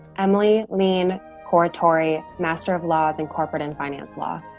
emilly lin corritore, master of laws in corporate and finance law.